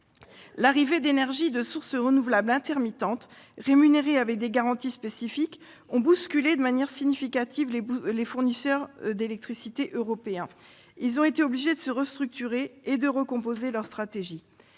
L'arrivée d'énergies renouvelables intermittentes, rémunérées avec des garanties spécifiques, a bousculé de manière significative les fournisseurs d'électricité européens. Ceux-ci ont été obligés de se restructurer et de redéfinir leurs stratégies.